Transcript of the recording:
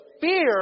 fear